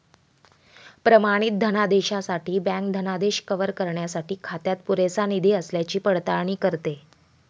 प्रमाणित धनादेशासाठी बँक धनादेश कव्हर करण्यासाठी खात्यात पुरेसा निधी असल्याची पडताळणी करते